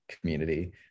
community